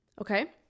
Okay